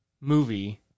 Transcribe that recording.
movie